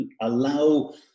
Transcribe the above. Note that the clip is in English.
allow